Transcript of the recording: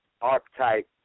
archetype